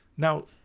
Now